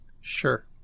sure